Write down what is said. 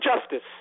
justice